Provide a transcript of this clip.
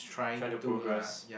trying to progress